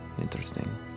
Interesting